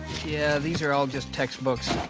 yeah, these are all just textbooks.